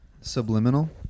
Subliminal